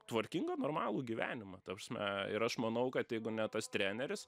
tvarkingą normalų gyvenimą ta prasme ir aš manau kad jeigu ne tas treneris